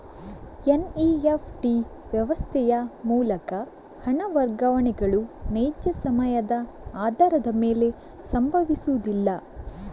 NEFT ವ್ಯವಸ್ಥೆಯ ಮೂಲಕ ಹಣ ವರ್ಗಾವಣೆಗಳು ನೈಜ ಸಮಯದ ಆಧಾರದ ಮೇಲೆ ಸಂಭವಿಸುವುದಿಲ್ಲ